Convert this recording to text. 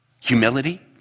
Humility